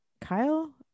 Kyle